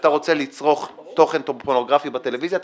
כשאתה רוצה לצרוך תוכן פורנוגרפי בטלוויזיה,